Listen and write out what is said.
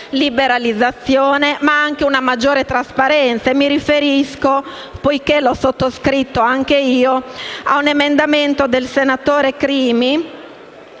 che sono liberalizzazione e anche una maggiore trasparenza. Mi riferisco - poiché l'ho sottoscritto anch'io - a un emendamento del senatore Crimi,